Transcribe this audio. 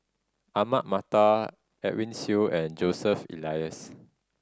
Ahmad Mattar Edwin Siew and Joseph Elias